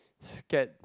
scared